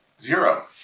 Zero